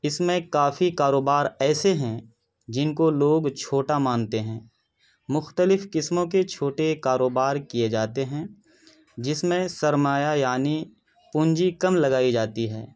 اس میں کافی کاروبار ایسے ہیں جن کو لوگ چھوٹا مانتے ہیں مختلف قسموں کی چھوٹے کاروبار کیے جاتے ہیں جس میں سرمایہ یعنی پونجی کم لگائی جاتی ہے